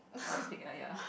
something like ya